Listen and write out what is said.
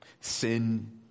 sin